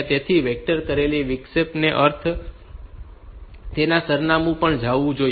તેથી વેક્ટર કરેલ વિક્ષેપનો અર્થ છે કે તેમનું સરનામું જાણવું જોઈએ